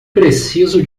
preciso